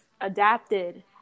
adapted